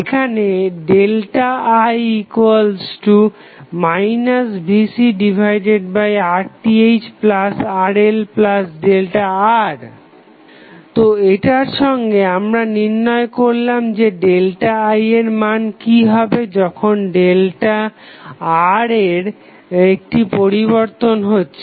এখানে I VcRThRLΔR তো এটার সঙ্গে আমরা নির্ণয় করলাম যে ΔI এর কি মান হবে যখন ΔR এর একটি পরিবর্তন হচ্ছে